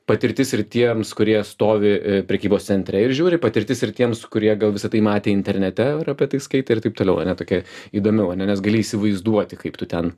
patirtis ir tiems kurie stovi prekybos centre ir žiūri patirtis ir tiems kurie gal visa tai matė internete ir apie tai skaitė ir taip toliau ane tokia įdomiau ane nes gali įsivaizduoti kaip tu ten